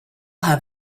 have